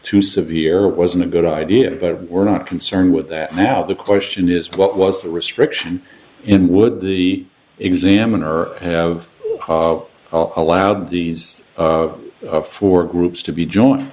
too severe wasn't a good idea but we're not concerned with that now the question is what was the restriction in would the examiner have allowed these four groups to be join